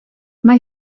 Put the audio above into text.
mae